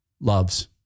Loves